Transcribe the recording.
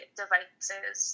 devices